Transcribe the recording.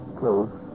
close